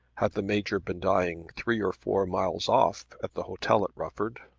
had the major been dying three or four miles off, at the hotel at rufford,